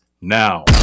now